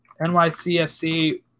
NYCFC